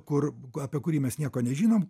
kur apie kurį mes nieko nežinom